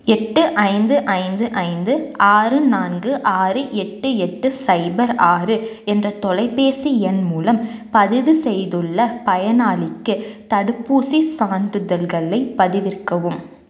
எட்டு ஐந்து ஐந்து ஐந்து ஆறு நான்கு ஆறு எட்டு எட்டு சைபர் ஆறு என்ற தொலைபேசி எண் மூலம் பதிவு செய்துள்ள பயனாளிக்கு தடுப்பூசிச் சான்றிதழ்களைப் பதிவிறக்கவும்